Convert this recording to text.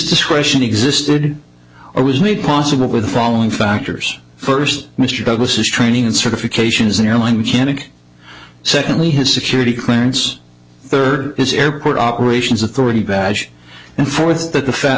discretion existed or was made possible with the following factors first mr douglas is training and certification is an airline mechanic secondly his security clearance third is airport operations authority badge and fourth the fat